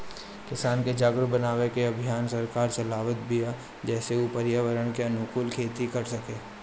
किसान के जागरुक बनावे के अभियान सरकार चलावत बिया जेसे उ पर्यावरण के अनुकूल खेती कर सकें